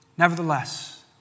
Nevertheless